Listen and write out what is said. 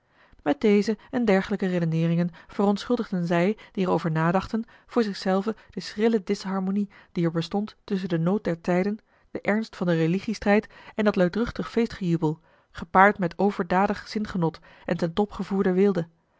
met deze en dergelijke redeneeririgen verontschuldigden zij die er over nadachten voor zich zelven de schrille disharmonie die er bestond tusschen den nood der tijden den ernst van den religie strijd en dat luidruchtig feestgejubel gepaard met overdadig zingenot en ten top gevoerde weelde